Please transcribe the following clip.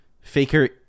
Faker